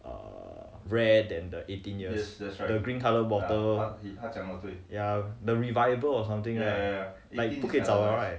err rare than the eighteen years the the green colour bottle ya the revival or something lah like 不可以找的 right